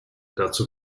dazu